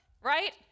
right